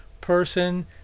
person